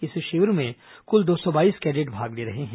इस शिविर में कुल दो सौ बाईस कैडेट भाग ले रहे हैं